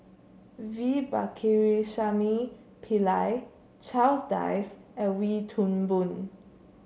V Pakirisamy Pillai Charles Dyce and Wee Toon Boon